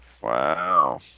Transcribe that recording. Wow